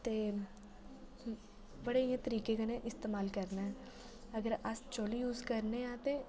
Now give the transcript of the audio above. ते बड़े इ'यां तरीके कन्नै इस्तमाल करना ऐ अगर अस चुल्ल यूज़ करने आं ते